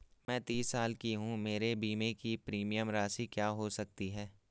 मैं तीस साल की हूँ मेरे बीमे की प्रीमियम राशि क्या हो सकती है?